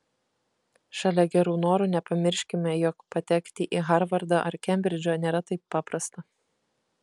šalia gerų norų nepamirškime jog patekti į harvardą ar kembridžą nėra taip paprasta